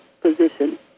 position